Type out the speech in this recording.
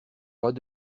pas